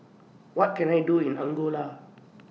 What Can I Do in Angola